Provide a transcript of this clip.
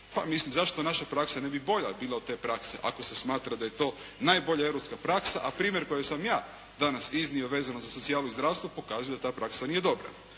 Pa mislim zašto naša praksa ne bi bolja bila od te prakse ako se smatra da je to najbolja europska praksa, a primjer koji sam ja danas iznio vezano za socijalu i zdravstvo pokazuje da ta praksa nije dobra.